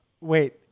Wait